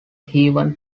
heaven